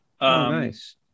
Nice